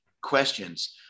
questions